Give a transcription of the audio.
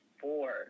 four